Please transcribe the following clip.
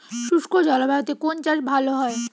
শুষ্ক জলবায়ুতে কোন চাষ ভালো হয়?